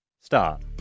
Start